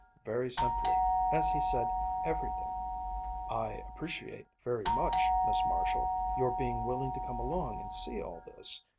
very simply as he said everything i appreciate very much, miss marshall, your being willing to come along and see all this.